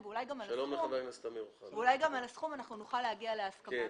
ואולי גם עם הסכום נוכל להגיע להסכמה.